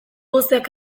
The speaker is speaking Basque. guztiak